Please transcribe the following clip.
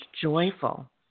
joyful